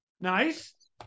Nice